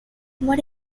what